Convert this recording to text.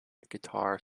guitar